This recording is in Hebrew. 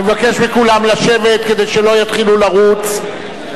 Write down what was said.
אני עושה הצבעה.